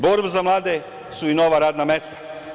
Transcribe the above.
Borba za mlade su i nova radna mesta.